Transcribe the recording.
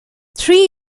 three